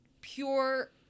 pure